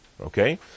Okay